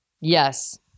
Yes